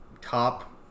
top